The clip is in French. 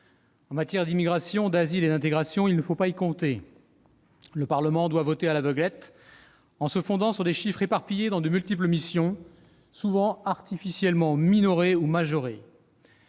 En matière d'immigration, d'asile et d'intégration, il ne faut pas y compter : le Parlement doit voter à l'aveuglette, en se fondant sur des chiffres éparpillés dans de multiples missions, souvent artificiellement minorés ou majorés.